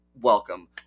welcome